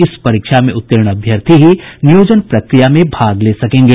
इस परीक्षा में उत्तीर्ण अभ्यर्थी ही नियोजन प्रक्रिया में भाग ले सकेंगे